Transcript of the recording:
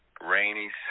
rainy